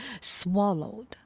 swallowed